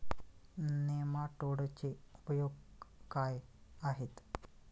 नेमाटोडचे उपयोग काय आहेत?